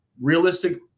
realistic